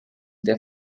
der